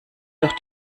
durch